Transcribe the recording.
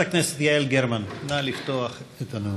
חברת הכנסת יעל גרמן, נא לפתוח את הנאומים.